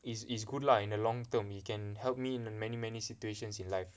it's it's good lah in the long term it can help me in many many situations in life